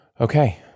Okay